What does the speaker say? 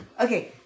okay